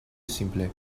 simple